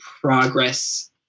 progress